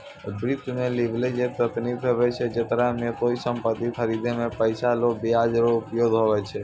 वित्त मे लीवरेज एक तकनीक हुवै छै जेकरा मे कोय सम्पति खरीदे मे पैसा रो ब्याज रो उपयोग हुवै छै